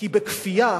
כי בכפייה